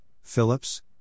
Phillips